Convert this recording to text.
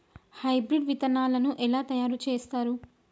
Hybrid విత్తనాలను ఎలా తయారు చేస్తారు?